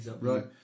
Right